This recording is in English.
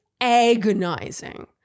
agonizing